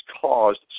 caused